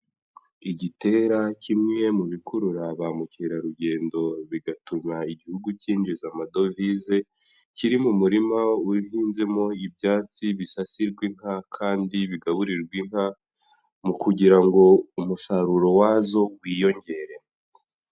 Igitera kimwe mu bikurura ba mukerarugendo bigatuma igihugu cyinjiza amadovize, kiri mu murima uhinzemo ibyatsi bisasirwa inka kandi bigaburirwa inka mu kugira ngo umusaruro wazo wiyongere.